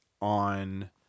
on